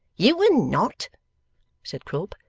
you were not said quilp.